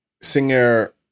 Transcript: Singer